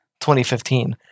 2015